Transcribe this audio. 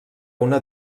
una